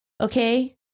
okay